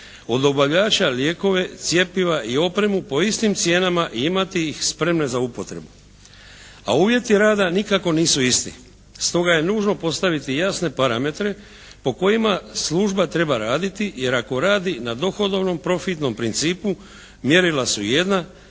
dobavljača lijekove, cjepiva i opremu po istim cijenama i imati ih spremne za upotrebu. A uvjeti rada nikako nisu isti. Stoga je nužno postaviti jasne parametre po kojima služba treba raditi, jer ako radi na dohodovnom profitnom principu mjerila su jedna.